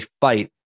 fight